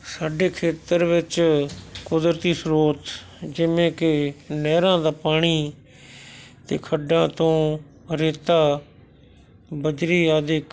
ਸਾਡੇ ਖੇਤਰ ਵਿੱਚ ਕੁਦਰਤੀ ਸ੍ਰੋਤ ਜਿਵੇਂ ਕਿ ਨਹਿਰਾਂ ਦਾ ਪਾਣੀ ਅਤੇ ਖੱਡਾਂ ਤੋਂ ਰੇਤਾ ਬਜਰੀ ਆਦਿ ਕ